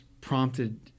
prompted